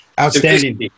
outstanding